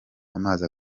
amazi